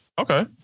Okay